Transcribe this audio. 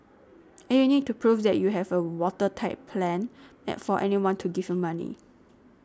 and you need to prove that you have a watertight plan for anyone to give you money